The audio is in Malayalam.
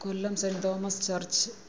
Kollam saint Thomas church